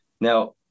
Now